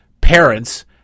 parents